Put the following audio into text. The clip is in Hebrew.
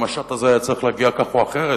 המשט הזה היה צריך להגיע כך או אחרת,